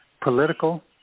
Political